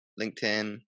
LinkedIn